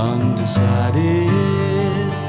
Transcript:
Undecided